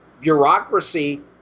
bureaucracy